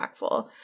impactful